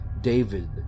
David